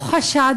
או חשד,